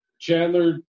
Chandler